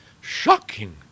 Shocking